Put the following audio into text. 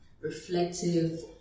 reflective